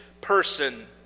person